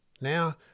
Now